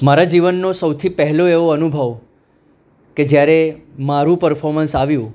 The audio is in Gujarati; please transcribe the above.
મારા જીવનનો સૌથી પહેલો એવો અનુભવ કે જ્યારે મારું પરફોર્મન્સ આવ્યું